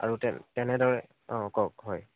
আৰু তেন তেনেদৰে অঁ কওক হয়